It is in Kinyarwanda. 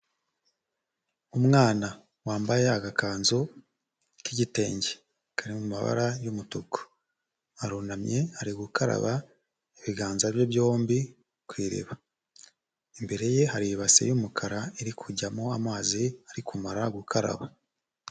Umwana wambaye agakanzu k'igitenge kari mu mabara y'umutuku arunamye ari gukaraba ibiganza bye byombi ku iriba, imbere ye hari ibase y'umukara iri kujyamo amazi ari kumara gukaraba.